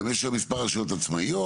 יש היום מספר רשויות עצמאיות,